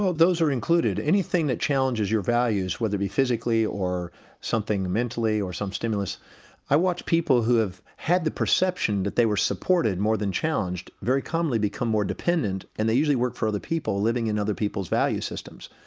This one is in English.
ah those are included. anything that challenges your values, whether physically or something mentally or some stimulus i watch people who have had the perception that they were supported more than challenged, very commonly become more dependent, and they usually work for other people, living in other people's value systems.